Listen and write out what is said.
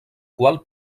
qual